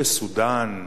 בסודן,